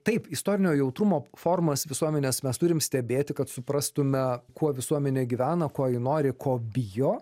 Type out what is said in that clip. taip istorinio jautrumo formas visuomenės mes turim stebėti kad suprastume kuo visuomenė gyvena ko ji nori ko bijo